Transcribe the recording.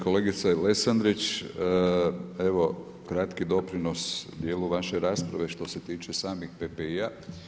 Kolegice Lesandrić, evo kratki doprinos dijelu vaše rasprave što se tiče samih PPI-a.